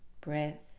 breath